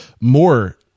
more